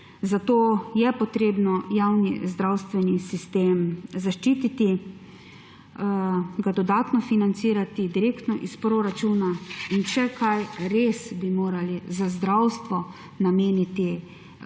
zato je treba javni zdravstveni sistem zaščititi, ga dodatno financirati direktno iz proračuna. In če kaj, bi res morali za zdravstvo nameniti